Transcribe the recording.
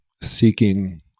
seeking